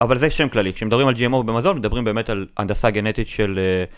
אבל זה שם כללי, כשמדברים על GMO במזון, מדברים באמת על הנדסה גנטית של...